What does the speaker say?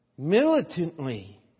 Militantly